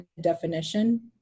definition